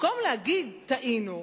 במקום להגיד: טעינו,